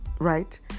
right